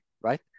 right